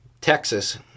Texas